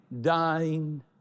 dying